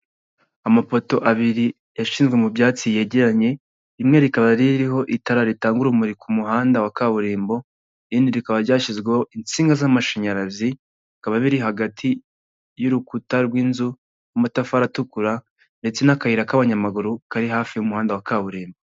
Amapoto abiri yashinzwe mu byatsi yegeranye, rimwe rikaba ririho itara ritanga urumuri ku muhanda wa kaburimbo irindi rikaba ryashyizweho insinga z'amashanyarazi bikaba biri hagati y'urukuta rw'inzu n'amatafari atukura ndetse n'akayira k'abanyamaguru kari hafi y'umuhanda wa kaburimbo.